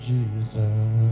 Jesus